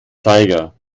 zeiger